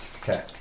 Okay